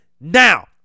Now